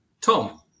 Tom